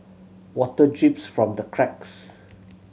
water drips from the cracks